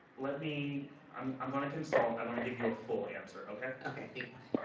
let me i'm i'm going to consult. i want to give you a full answer. okay? okay. thanks.